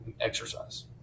exercise